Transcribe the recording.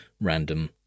random